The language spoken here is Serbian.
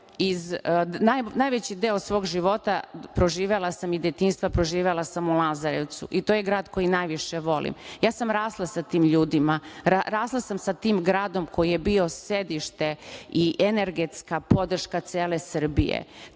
ljude. Najveći deo svog života i detinjstva proživela sam u Lazarevcu i to je grad koji najviše volim. Ja sam rasla sa tim ljudima. Rasla sam sa tim gradom koji je bio sedište i energetska podrška cele Srbije.